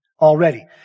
already